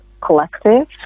collective